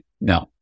No